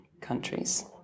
countries